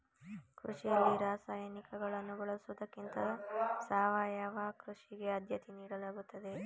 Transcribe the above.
ಕೃಷಿಯಲ್ಲಿ ರಾಸಾಯನಿಕಗಳನ್ನು ಬಳಸುವುದಕ್ಕಿಂತ ಸಾವಯವ ಕೃಷಿಗೆ ಆದ್ಯತೆ ನೀಡಲಾಗುತ್ತದೆ